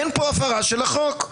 אין פה הפרת החוק.